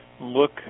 look